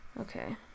Okay